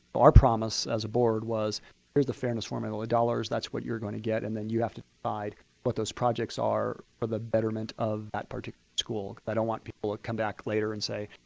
our promise as a board was here's the fairness formula dollars. that's what you're going to get. and then you have to decide what those projects are for the betterment of that particular school. they don't want people to ah come back later and say,